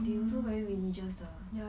they also very religious 的